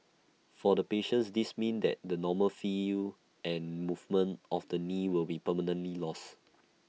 for the patient this mean that the normal feel and movement of the knee will be permanently lost